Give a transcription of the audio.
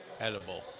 edible